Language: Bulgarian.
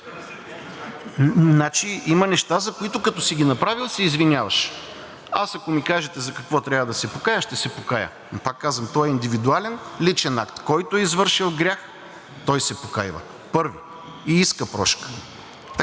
Има неща, за които, като си ги направил, се извиняваш. Аз, ако ми кажете за какво трябва да се покая, ще се покая. Пак казвам: то е индивидуален личен акт – който е извършил грях, той се покайва. Първи. И иска прошка.